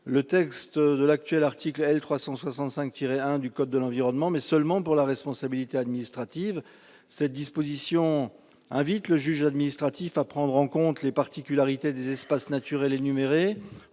le texte de l'actuel article L. 365-1 du code de l'environnement, mais seulement pour la responsabilité administrative. Cette disposition invite ainsi le juge administratif à prendre en compte les particularités des espaces naturels énumérés